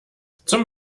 zum